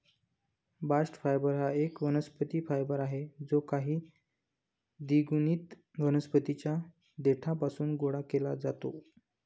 bast fibre हा एक वनस्पती फायबर आहे जो काही द्विगुणित वनस्पतीं च्या देठापासून गोळा केला जातो